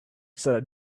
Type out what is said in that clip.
said